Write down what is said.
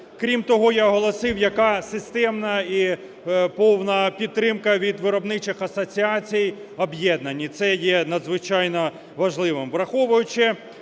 Крім того, я оголосив, яка системна і повна підтримка від виробничих асоціацій об'єднань, і це є надзвичайно важливим. Враховуючи